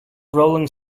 rolling